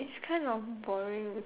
it's kind of boring